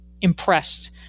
impressed